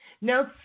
Now